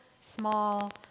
small